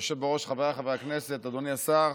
חבריי חברי הכנסת, אדוני השר,